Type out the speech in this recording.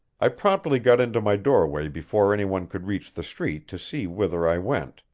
i promptly got into my doorway before any one could reach the street to see whither i went,